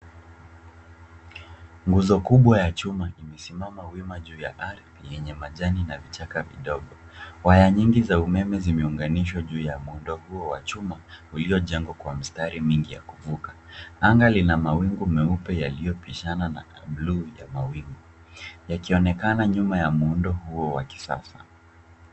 Nguzo kubwa ya chuma imesimama wima juu ya ardhi yenye majani na vichaka vidogo. Waya nyingi za umeme zimeunganishwa juu ya muundo huo wa chuma uliojengwa kwa mistari mingi ya kuvuka. Anga lina mawingu meupe yaliyopishana na buluu ya mawingu yakionekana nyuma ya muundo huo wa kisasa.